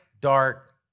dark